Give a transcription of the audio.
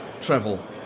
travel